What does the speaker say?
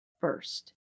First